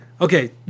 okay